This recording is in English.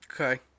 Okay